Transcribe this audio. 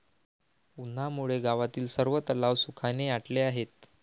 उन्हामुळे गावातील सर्व तलाव सुखाने आटले आहेत